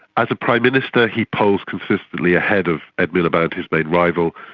as a prime minister he polls consistently ahead of ed miliband, his main rival.